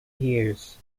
years